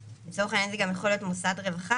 לצורך העניין זה גם יכול להיות מוסד רווחה